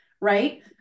right